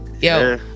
Yo